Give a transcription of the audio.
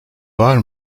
var